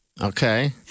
Okay